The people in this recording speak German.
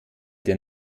der